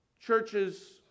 Churches